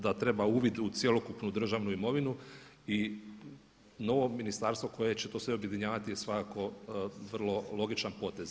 Da treba uvid u cjelokupnu državnu imovinu i novog ministarstva koje će to sve objedinjavati je svakako vrlo logičan potez.